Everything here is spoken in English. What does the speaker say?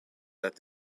that